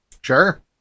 Sure